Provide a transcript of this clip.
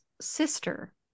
sister